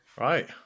right